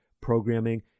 programming